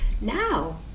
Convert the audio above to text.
Now